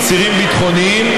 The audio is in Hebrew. אסירים ביטחוניים,